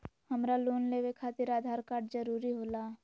हमरा लोन लेवे खातिर आधार कार्ड जरूरी होला?